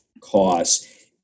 costs